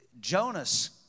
Jonas